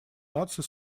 наций